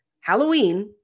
Halloween